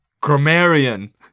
Grammarian